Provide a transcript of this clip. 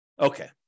Okay